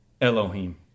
Elohim